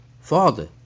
Father